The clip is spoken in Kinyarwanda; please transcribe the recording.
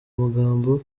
magambo